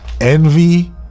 envy